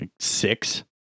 Six